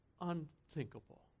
unthinkable